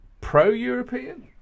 pro-European